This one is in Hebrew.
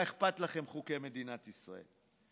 מה אכפת לכם חוקי מדינת ישראל?